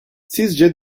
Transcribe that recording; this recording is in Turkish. sizce